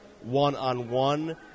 one-on-one